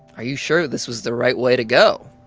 are you sure this was the right way to go?